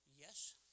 yes